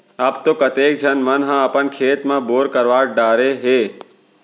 अब तो कतेक झन मन ह अपन खेत म बोर करवा डारे हें